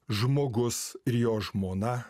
žmogus ir jo žmona